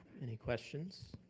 any questions?